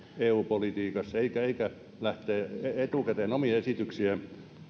eu politiikassa eikä ole lähtenyt etukäteen omia esityksiään